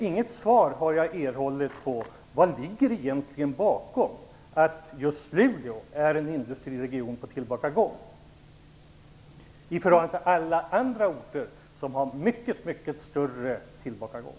Jag har inte fått något svar på min fråga om varför just Luleå är en industriregion på tillbakagång, jämfört med många andra orter som har betydligt större tillbakagång.